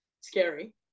scary